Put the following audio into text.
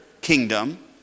kingdom